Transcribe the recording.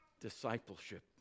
discipleship